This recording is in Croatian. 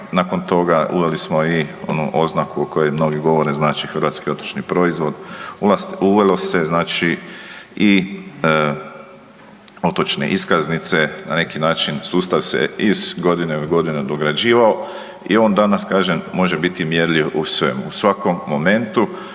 nakon toga uveli smo i onu oznaku o kojoj mnogi govore, znači „Hrvatski otočni proizvod“, uvelo se znači i otočne iskaznice, na neki način sustav se iz godine u godinu dograđivao i on danas, kažem, može biti mjerljiv u svemu, u svakom momentu